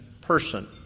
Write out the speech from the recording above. person